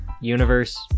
universe